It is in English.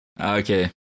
Okay